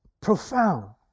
Profound